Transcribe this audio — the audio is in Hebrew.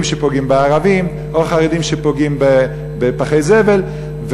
שפוגעים בערבים או חרדים שפוגעים בפחי זבל,